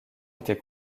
été